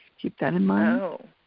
keep that in mind.